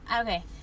okay